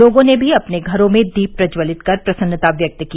लोगों ने भी अपने घरों में दीप प्रज्ज्वलित कर प्रसन्नता व्यक्त की